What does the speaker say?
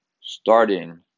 starting